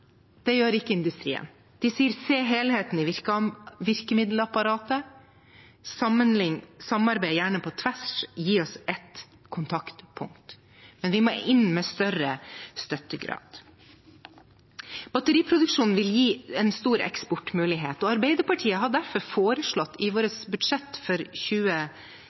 det gjør ikke industrien. De sier: Se helheten i virkemiddelapparatet, samarbeid gjerne på tvers, gi oss ett kontaktpunkt. Men vi må inn med større støttegrad. Batteriproduksjonen vil gi en stor eksportmulighet, og Arbeiderpartiet har derfor foreslått i sitt budsjett for